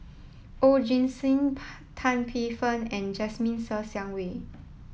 Oon Jin Gee Tan Paey Fern and Jasmine Ser Xiang Wei